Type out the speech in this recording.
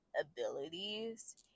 abilities